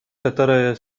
которая